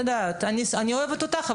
כאילו בסגנון של אני אוהבת אותך,